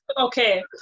Okay